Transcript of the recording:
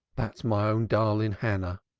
that's my own darling hannah.